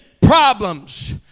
problems